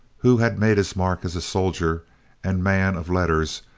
who had made his mark as a soldier and man of letters,